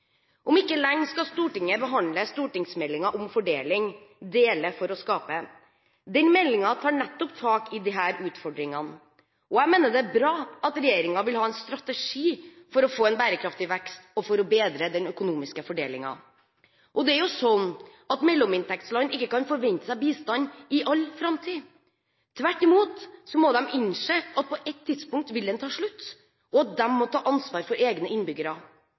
Om ikke lenge skal Stortinget behandle stortingsmeldingen om fordeling, Dele for å skape. Denne meldingen tar nettopp tak i disse utfordringene. Jeg mener det er bra at regjeringen vil ha en strategi for å få en bærekraftig vekst og for å bedre den økonomiske fordelingen. Mellominntektsland kan ikke forvente bistand i all framtid. Tvert imot må de innse at på et tidspunkt vil den ta slutt og de må ta ansvar for egne innbyggere,